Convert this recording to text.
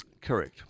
Correct